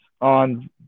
on